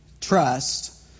trust